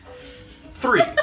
Three